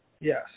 Yes